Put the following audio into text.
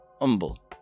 Humble